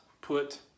put